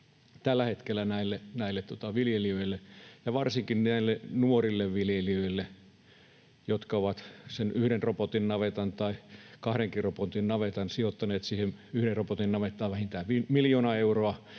tällä hetkellä näille viljelijöille ja varsinkin näille nuorille viljelijöille, jotka ovat siihen yhden robotin navettaan tai kahdenkin robotin navettaan sijoittaneet — siihen yhden robotin navettaan vähintään miljoona euroa,